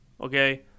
okay